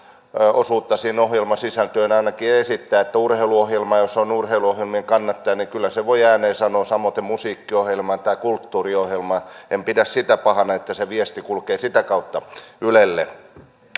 osuutta ohjelmasisältöön että voivat ainakin esittää urheiluohjelmaa jos on urheiluohjelmien kannattaja kyllä sen voi ääneen sanoa samoiten musiikkiohjelman tai kulttuuriohjelman en pidä sitä pahana että se viesti kulkee sitä kautta ylelle